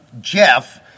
Jeff